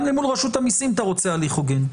גם למול רשות המיסים אתה רוצה הליך הוגן,